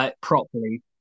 properly